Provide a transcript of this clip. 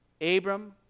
Abram